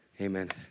Amen